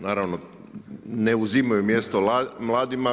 Naravno ne uzimaju mjesto mladima.